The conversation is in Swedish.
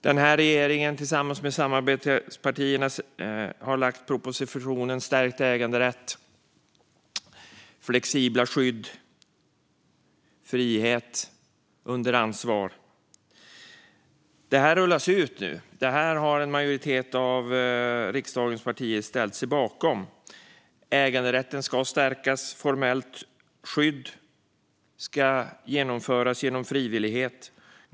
Den här regeringen har tillsammans med samarbetspartierna lagt fram propositionen om stärkt äganderätt, flexibla skydd och frihet under ansvar. Det här rullas nu ut. En majoritet av riksdagens partier har ställt sig bakom det. Äganderätten ska stärkas formellt. Skydd ska genomföras genom frivillighet.